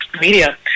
media